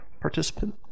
participant